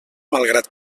malgrat